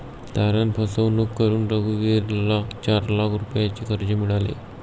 तारण फसवणूक करून रघुवीरला चार लाख रुपयांचे कर्ज मिळाले